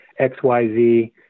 XYZ